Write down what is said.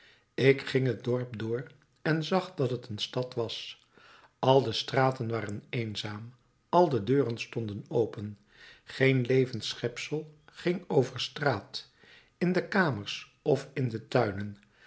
ik ging t dorp door en zag dat t een stad was al de straten waren eenzaam al de deuren stonden open geen levend schepsel ging over straat in de kamers of in de tuinen